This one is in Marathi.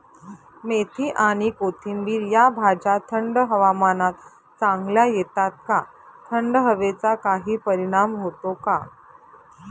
मेथी आणि कोथिंबिर या भाज्या थंड हवामानात चांगल्या येतात का? थंड हवेचा काही परिणाम होतो का?